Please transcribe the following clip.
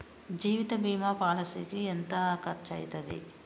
జీవిత బీమా పాలసీకి ఎంత ఖర్చయితది?